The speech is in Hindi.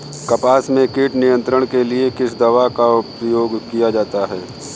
कपास में कीट नियंत्रण के लिए किस दवा का प्रयोग किया जाता है?